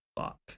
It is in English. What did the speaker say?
Fuck